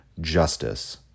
justice